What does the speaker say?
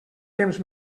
temps